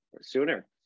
sooner